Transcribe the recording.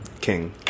king